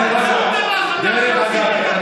דרך אגב,